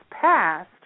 passed